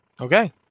Okay